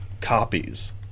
copies